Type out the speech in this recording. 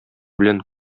белән